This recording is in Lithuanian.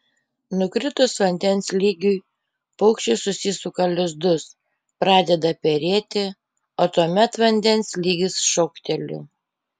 nukritus vandens lygiui paukščiai susisuka lizdus pradeda perėti o tuomet vandens lygis šokteli